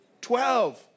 Twelve